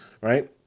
right